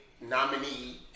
nominee